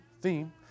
theme